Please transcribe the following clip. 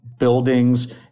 Buildings